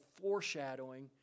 foreshadowing